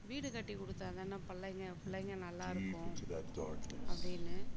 வீடு கட்டிக் கொடுத்தா தானே பள்ளைங்க பிள்ளைங்க நல்லாயிருக்கும் அப்படின்னு